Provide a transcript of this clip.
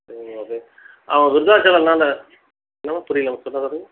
சரி ஓகே அவன் விருத்தாசலம்ன்னால என்ன மேம் புரியலை மேம் சொல்ல வர்றது